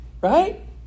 Right